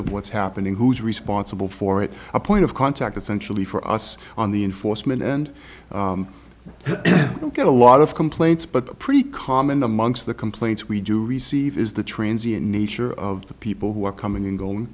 of what's happening who's responsible for it a point of contact essentially for us on the enforcement and you get a lot of complaints but pretty common amongst the complaints we do receive is the transience nature of the people who are coming in go